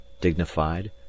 dignified